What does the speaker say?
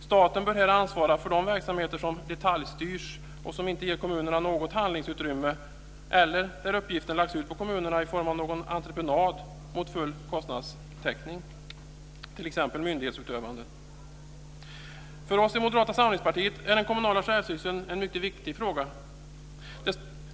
Staten bör här ansvara för de verksamheter som detaljstyrs och som inte ger kommunerna något handlingsutrymme eller där uppgiften lagts ut på kommunerna i form av entreprenad mot full kostnadstäckning, t.ex. myndighetsutövande. För oss i Moderata samlingspartiet är den kommunala självstyrelsen en mycket viktig fråga.